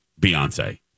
Beyonce